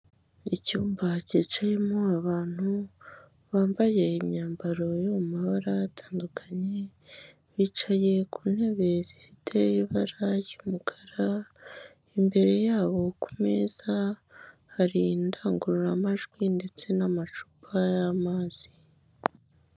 Icyumba cyicayemo abantu bambaye imyambaro yo mabara atandukanye, bicaye ku ntebe zifite ibara ry'umukara, imbere yabo ku meza hari indangururamajwi ndetse n'amacupa y'amazi.